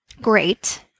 great